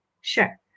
Sure